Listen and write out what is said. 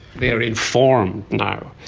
they are informed now,